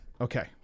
Okay